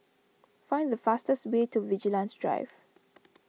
find the fastest way to Vigilantes Drive